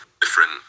different